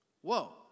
whoa